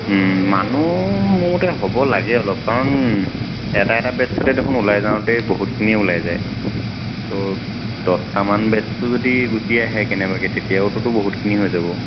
মানুহ মোৰ মতে হ'ব লাগে অলপ কাৰণ এটা এটা বেডছতে দেখোন ওলাই যাওঁতে বহুতখিনিয়ে ওলাই যায় তো দহটামান বেডছটো যদি গুচি আহে কেনেবাকৈ তেতিয়াওটোতো বহুতখিনি হৈ যাব